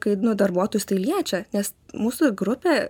kai nu darbuotojus tai liečia nes mūsų grupė